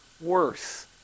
worse